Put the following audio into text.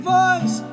voice